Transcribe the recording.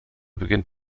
beginnt